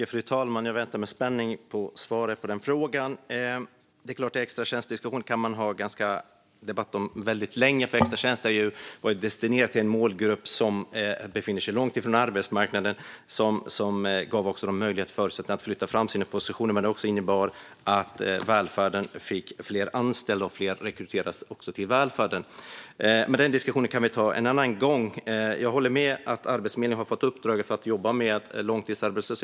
Fru talman! Jag väntar med spänning på svaret på frågan. Det är klart att man kan ha en diskussion och en debatt om extratjänster väldigt länge. De var destinerade till en målgrupp som befinner sig långt från arbetsmarknaden, och de gav dessa personer möjlighet och förutsättningar att flytta fram sina positioner. Detta innebar också att fler rekryterades till välfärden så att den fick fler anställda. Men den diskussionen kan vi ta en annan gång. Jag håller med om att det är bra att Arbetsförmedlingen har fått uppdraget att jobba med långtidsarbetslöshet.